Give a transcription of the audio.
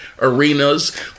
arenas